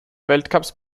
weltcups